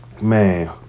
man